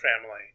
family